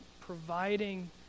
providing